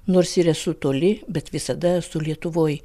nors ir esu toli bet visada esu lietuvoj